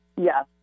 Yes